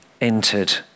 entered